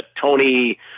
Tony